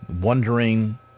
wondering